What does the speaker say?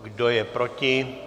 Kdo je proti?